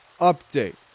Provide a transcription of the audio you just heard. Update